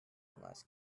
unless